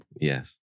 Yes